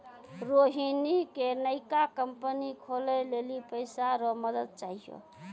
रोहिणी के नयका कंपनी खोलै लेली पैसा रो मदद चाहियो